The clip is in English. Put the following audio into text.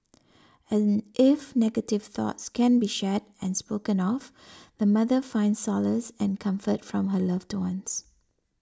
and if negative thoughts can be shared and spoken of the mother finds solace and comfort from her loved ones